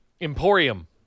Emporium